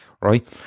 right